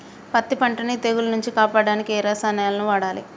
పత్తి పంటని తెగుల నుంచి కాపాడడానికి ఏ రసాయనాలను వాడాలి?